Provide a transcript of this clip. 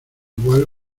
igual